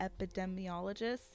epidemiologists